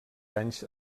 anys